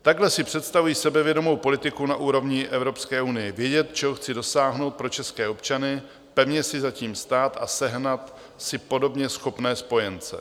Takhle si představuji sebevědomou politiku na úrovni Evropské unie vědět, čeho chci dosáhnout pro české občany, pevně si za tím stát a sehnat si podobně schopné spojence.